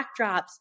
backdrops